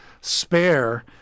spare